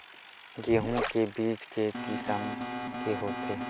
गेहूं के बीज के किसम के होथे?